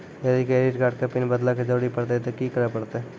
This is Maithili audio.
यदि क्रेडिट कार्ड के पिन बदले के जरूरी परतै ते की करे परतै?